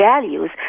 values